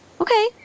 okay